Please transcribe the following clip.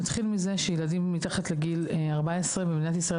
נתחיל מזה שילדים מתחת לגיל 14 במדינת ישראל,